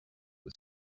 was